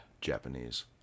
Japanese